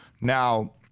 Now